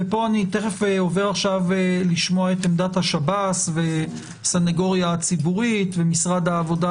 ואני עובר לשמוע את עמדת השב"ס והסנגוריה הציבורית והנציבות